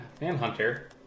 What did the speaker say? Manhunter